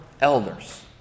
elders